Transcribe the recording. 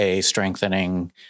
strengthening